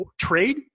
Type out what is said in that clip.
trade